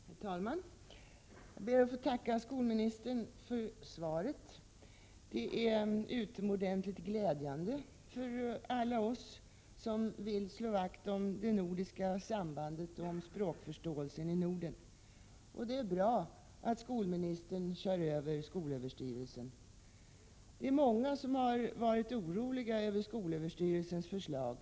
Herr talman! Jag ber att få tacka skolministern för svaret. Det är utomordentligt glädjande för alla oss som vill slå vakt om det nordiska sambandet och om språkförståelsen i Norden. Det är bra att skolministern kör över skolöverstyrelsen. Många har varit oroliga över skolöverstyrelsens förslag.